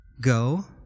go